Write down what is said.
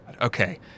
Okay